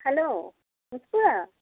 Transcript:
hello Rupsa